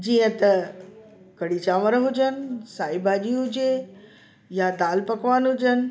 जीअं त कढ़ी चांवर हुजनि साई भाॼी हुजे या दालि पकवान हुजनि